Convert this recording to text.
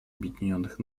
объединенных